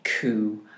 coup